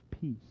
Peace